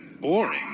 boring